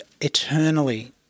eternally